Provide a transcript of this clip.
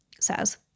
says